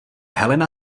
helena